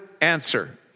answer